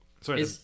Sorry